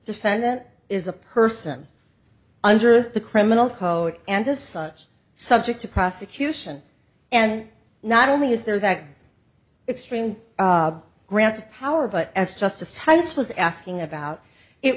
defendant is a person under the criminal code and as such subject to prosecution and not only is there that extreme grant of power but as justice thomas was asking about it